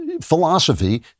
philosophy